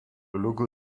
logo